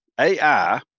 AI